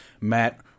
Matt